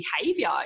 behavior